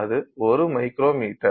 அது 1 மைக்ரோமீட்டர்